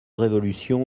révolution